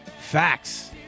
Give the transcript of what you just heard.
Facts